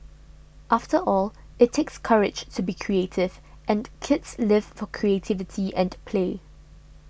after all it takes courage to be creative and kids live for creativity and play